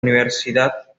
universidad